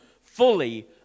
fully